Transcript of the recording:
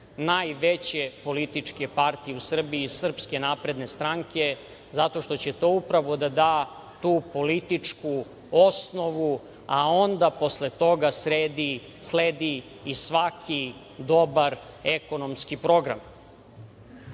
najveće političke partije u Srbiji, Srpske napredne stranke, zato što će to upravo da da tu političku osnovu, a onda posle toga sledi i svaki dobar ekonomski program. Kada